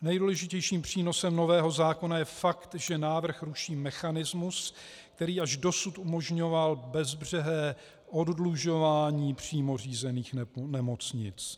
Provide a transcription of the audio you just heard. Nejdůležitějším přínosem nového zákona je fakt, že návrh ruší mechanismus, který až dosud umožňoval bezbřehé oddlužování přímo řízených nemocnic.